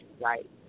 right